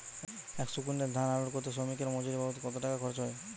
একশো কুইন্টাল ধান আনলোড করতে শ্রমিকের মজুরি বাবদ কত টাকা খরচ হয়?